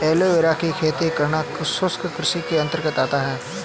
aloe vera की खेती करना शुष्क कृषि के अंतर्गत आता है